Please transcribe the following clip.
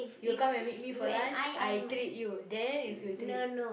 you come and meet me for lunch I treat you then you should treat